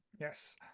Yes